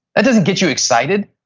that doesn't get you excited,